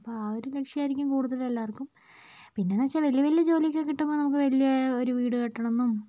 അപ്പോൾ ആ ഒരു ലക്ഷ്യമായിരിക്കും കൂടുതലെല്ലാവർക്കും പിന്നെന്നു വെച്ചാൽ വലിയ വലിയ ജോലിയൊക്കെ കിട്ടുമ്പം നമുക്ക് വലിയ ഒരു വീട് കെട്ടണംന്നും